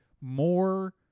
more